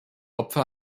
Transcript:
opfer